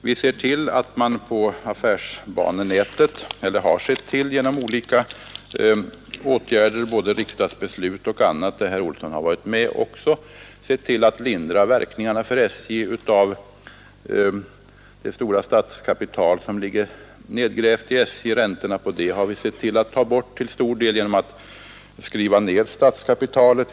Vi har sett till att man på affärsbanenätet genom olika åtgärder, både riksdagsbeslut och annat där även herr Olsson varit med, lindrar verkningarna för SJ av bl.a. räntorna på det stora statskapital som ligger nedgrävt i SJ. Detta har skett genom att man till stor del har tagit bort räntorna genom att skriva ner statskapitalet.